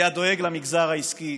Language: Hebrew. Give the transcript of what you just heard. היה דואג למגזר העסקי,